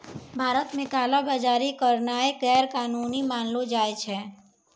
भारत मे काला बजारी करनाय गैरकानूनी मानलो जाय छै